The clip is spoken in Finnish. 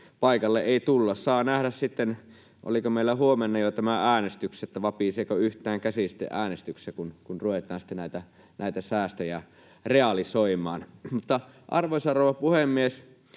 paikalle ei tulla. Saa nähdä sitten — oliko meillä jo huomenna äänestykset — vapiseeko yhtään käsi äänestyksessä, kun ruvetaan näitä säästöjä realisoimaan. Arvoisa rouva puhemies!